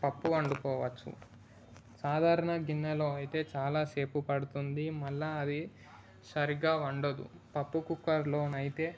పప్పు వండుకోవచ్చు సాధారణ గిన్నెలో అయితే చాలా సేపు పడుతుంది మళ్ళీ అది సరిగ్గా వండదు పప్పు కుక్కర్లోని అయితే